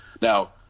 now